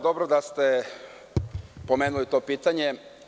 Dobro da ste pomenuli to pitanje.